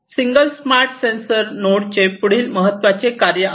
single smart sensor नोडचे पुढील महत्त्वपूर्ण कार्य आहे